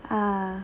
ah